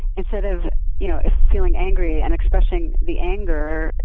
instead of you know feeling angry and expressing the anger,